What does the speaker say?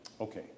Okay